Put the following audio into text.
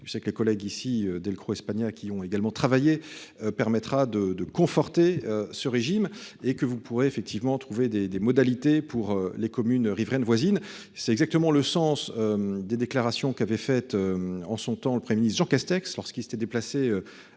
Je sais que les collègues ici Delcros espagnol qui ont également travaillé permettra de conforter ce régime et que vous pourrez effectivement trouver des des modalités pour les communes riveraines voisines. C'est exactement le sens. Des déclarations qui avait fait en son temps le préjudice Jean Castex lorsqu'il s'était déplacé